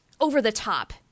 over-the-top